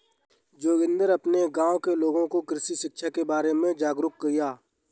जोगिंदर अपने गांव के लोगों को कृषि शिक्षा के बारे में जागरुक किया